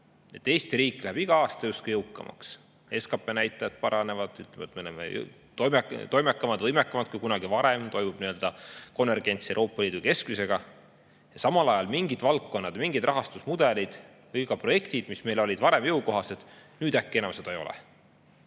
Eesti riik [saab] iga aasta justkui jõukamaks, SKP näitajad paranevad, ütlevad, et me oleme toimekamad, võimekamad kui kunagi varem, toimub konvergents Euroopa Liidu keskmisega, aga samal ajal mingid valdkonnad, mingid rahastusmudelid või ka projektid, mis olid varem meile jõukohased, nüüd äkki seda enam ei ole.